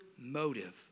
motive